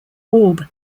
orb